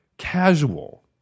Casual